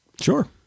Sure